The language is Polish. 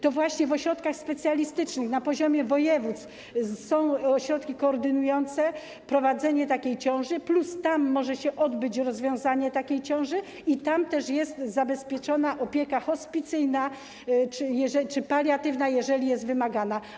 To właśnie w ośrodkach specjalistycznych, na poziomie województw, są ośrodki koordynujące - tam jest prowadzenie takiej ciąży plus tam może się odbyć rozwiązanie takiej ciąży i tam też jest zabezpieczona opieka hospicyjna czy paliatywna, jeżeli jest wymagana.